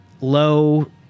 low